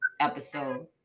episode